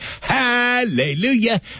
Hallelujah